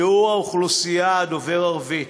שיעור האוכלוסייה הדוברת ערבית,